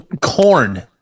Corn